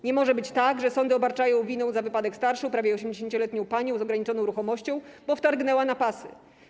Nie może być tak, że sądy obarczają winą za wypadek starszą, prawie 80-letnią panią z ograniczoną ruchomością, bo wtargnęła na pasy.